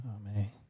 Amen